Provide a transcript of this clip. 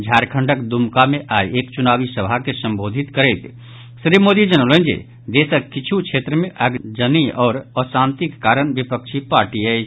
झारखण्डक दुमका मे आइ एक चुनावी सभा के संबोधित करैत श्री मोदी जनौलनि जे देशक किछु क्षेत्र मे अगिजनी आओर अशांतिक कारण विपक्षी पार्टी अछि